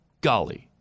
golly